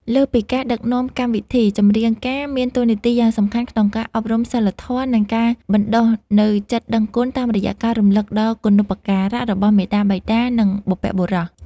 លើសពីការដឹកនាំកម្មវិធី ចម្រៀងការមានតួនាទីយ៉ាងសំខាន់ក្នុងការអប់រំសីលធម៌ និងការបណ្តុះនូវចិត្តដឹងគុណតាមរយៈការរំលឹកដល់គុណូបការៈរបស់មាតាបិតា និងបុព្វបុរស។